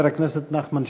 חבר הכנסת נחמן שי.